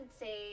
say